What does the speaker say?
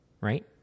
Right